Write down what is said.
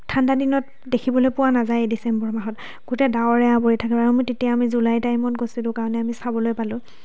ঠাণ্ডা দিনত দেখিবলৈ পোৱা নাযায় ডিচেম্বৰ মাহত গোটেই ডাৱৰে আৱৰি থাকে আৰু মোৰ তেতিয়া আমি জুলাই টাইমত গৈছিলোঁ কাৰণে আমি চাবলৈ পালোঁ